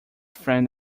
friend